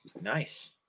Nice